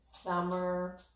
summer